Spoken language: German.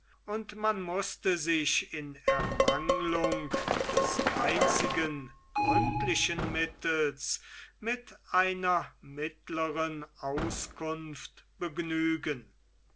und man mußte sich in ermanglung des einzigen gründlichen mittels mit einer mittlern auskunft begnügen